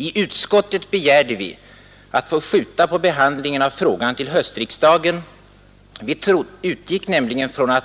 I utskottet begärde vi att få skjuta på behandlingen av frågan till höstriksdagen. Vi utgick nämligen från att